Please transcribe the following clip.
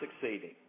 succeeding